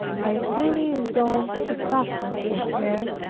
i freely resolved to suffer for her,